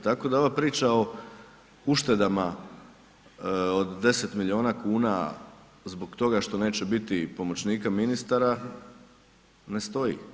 Tako da ova priča o uštedama od 10 milijuna kuna zbog toga što neće biti pomoćnika ministara, ne stoji.